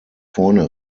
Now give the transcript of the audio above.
vorne